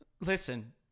Listen